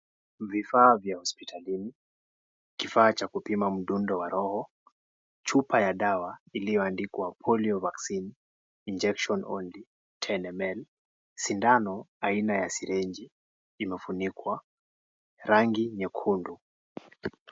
Vifaa vya hospitalini, kifaa cha kupima mdundo wa roho, chupa ya dawa kilicho andikwa polio vaccine injection only 10ml sindano aina ya (CS)syringe(CS)imefunikwa rangi nyekundu.